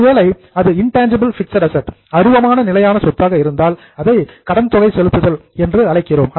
ஒருவேளை அது intangible fixed asset அருவமான நிலையான சொத்தாக இருந்தால் அதை கடன் தொகை செலுத்துதல் என்று அழைக்கிறோம்